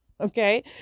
Okay